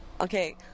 Okay